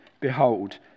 Behold